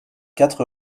quatre